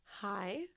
Hi